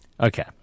Okay